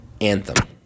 Anthem